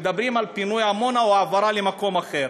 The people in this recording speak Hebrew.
מדברים על פינוי עמונה או על העברה למקום אחר.